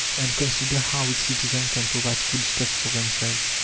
and consider how its citizens can provide foodstuffs for themselves.